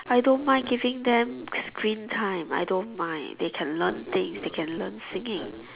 I don't mind giving them the screen time I don't mind they can learn things they can learn singing